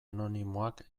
anonimoak